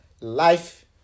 life